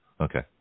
Okay